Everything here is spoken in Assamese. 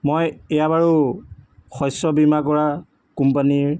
মই এয়া বাৰু শস্য বীমা কৰা কোম্পানীৰ